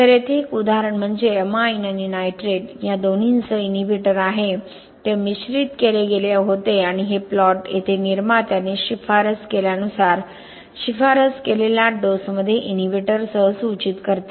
तर येथे एक उदाहरण म्हणजे अमाईन आणि नायट्रेट या दोन्हीसह इनहिबिटर आहे ते मिश्रित केले गेले होते आणि हे प्लॉट येथे निर्मात्याने शिफारस केल्यानुसार शिफारस केलेल्या डोसमध्ये इनहिबिटरसह सूचित करते